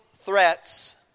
threats